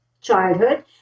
childhood